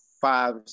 five